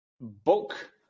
book